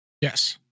Yes